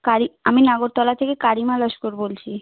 কারি আমি নাগরতলা থেকে কারিমা লস্কর বলছি